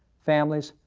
families,